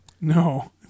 No